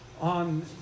on